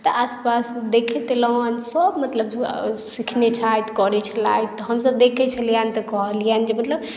तऽ आसपास देखैत एलहुँ हेँ सभ मतलब सिखने छथि करैत छलथि तऽ हमसभ देखलियैन तऽ कहलियैन जे मतलब